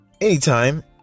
anytime